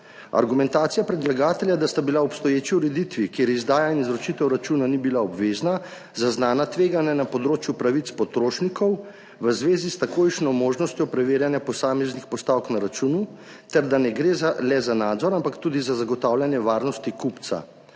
Argumentacija predlagatelja, da sta bila v obstoječi ureditvi, kjer izdaja in izročitev računa ni bila obvezna, zaznana tveganja na področju pravic potrošnikov v zvezi s takojšnjo možnostjo preverjanja posameznih postavk na računu ter da ne gre le za nadzor, ampak tudi za zagotavljanje varnosti kupca,